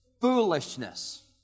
foolishness